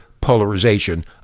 polarization